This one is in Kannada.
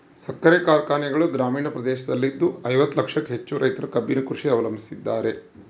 ಸಕ್ಕರೆ ಕಾರ್ಖಾನೆಗಳು ಗ್ರಾಮೀಣ ಪ್ರದೇಶದಲ್ಲಿದ್ದು ಐವತ್ತು ಲಕ್ಷಕ್ಕೂ ಹೆಚ್ಚು ರೈತರು ಕಬ್ಬಿನ ಕೃಷಿ ಅವಲಂಬಿಸಿದ್ದಾರೆ